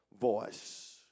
voice